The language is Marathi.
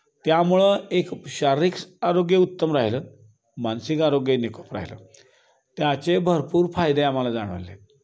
त्यामुळं एक शारीरिक आरोग्य उत्तम राहिलं मानसिक आरोग्यही निकोप राहिलं त्याचे भरपूर फायदे आम्हाला जाणवले